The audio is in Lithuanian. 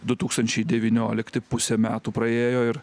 du tūkstančiai devyniolikti pusė metų praėjo ir